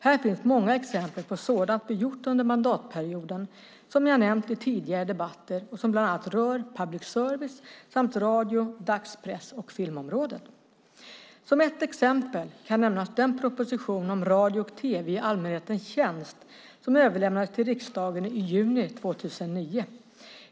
Här finns många exempel på sådant vi gjort under mandatperioden som jag nämnt i tidigare debatter och som bland annat rör public service samt radio-, dagspress och filmområdet. Som ett exempel kan nämnas den proposition om radio och tv i allmänhetens tjänst som överlämnades till riksdagen i juni 2009.